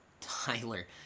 Tyler